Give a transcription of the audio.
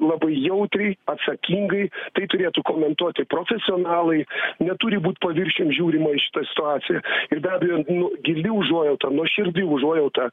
labai jautriai atsakingai tai turėtų komentuoti profesionalai neturi būt paviršium žiūrima į šitą situaciją ir be abejo gili užuojauta nuoširdi užuojauta